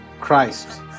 Christ